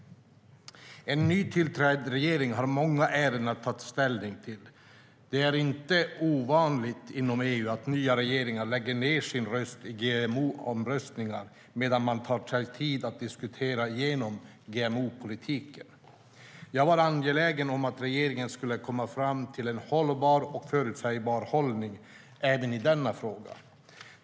En nytillträdd regering har många ärenden att ta ställning till. Det är inte ovanligt inom EU att nya regeringar lägger ned sin röst i GMO-omröstningar medan man tar sig tid att diskutera igenom GMO-politiken. Jag var angelägen om att regeringen skulle komma fram till en hållbar och förutsägbar hållning även i denna fråga.